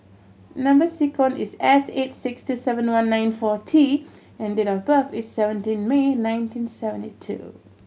number sequence is S eight six two seven one nine four T and date of birth is seventeen May nineteen seventy two